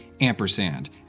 Ampersand